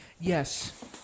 Yes